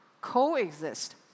coexist